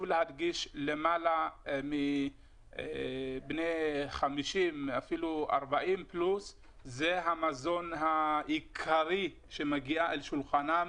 להדגיש למעלה מבני 50 אפילו 40 פלוס זה המזון העיקרי שמגיע לשולחנם